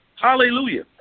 Hallelujah